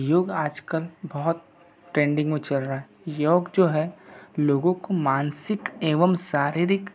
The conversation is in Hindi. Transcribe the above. योग आजकल बहुत ट्रेंडिंग में चल रहा है योग जो है लोगों को मानसिक एवं शारीरक